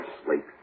sleep